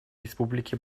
республики